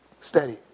steady